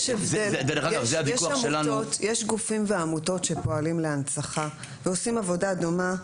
יש גופים ועמותות שפועלים להנצחה ועושים עבודה דומה.